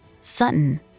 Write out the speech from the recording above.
Sutton